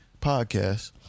podcast